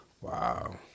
wow